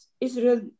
Israel